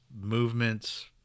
movements